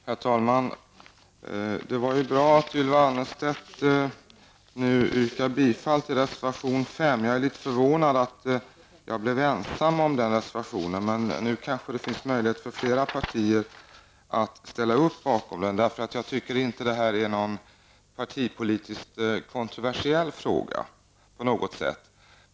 Herr talman! Det är bra att Ylva Annerstedt sade att folkpartiet stöder reservation nr 5. Jag var litet förvånad när jag blev ensam om den reservationen, men nu kanske det finns möjligheter för flera partier att ställa upp bakom den. Denna fråga torde inte vara partipolitiskt kontroversiell på något sätt.